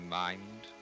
mind